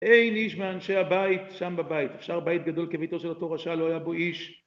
אין איש מאנשי הבית שם בבית. אפשר בית גדול כביתו של אותו רשע, לא היה בו איש